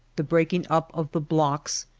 the breaking up of the blocks,